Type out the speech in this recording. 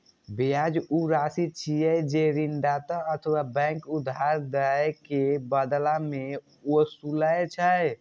ब्याज ऊ राशि छियै, जे ऋणदाता अथवा बैंक उधार दए के बदला मे ओसूलै छै